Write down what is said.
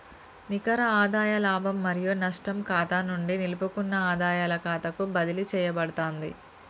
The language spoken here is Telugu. నికర ఆదాయ లాభం మరియు నష్టం ఖాతా నుండి నిలుపుకున్న ఆదాయాల ఖాతాకు బదిలీ చేయబడతాంది